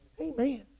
Amen